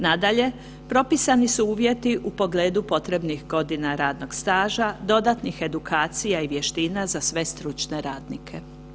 Nadalje, propisani su uvjeti u pogledu potrebnih godina radnog staža, dodatnih edukacija i vještina za sve stručne radnike.